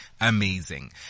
amazing